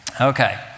Okay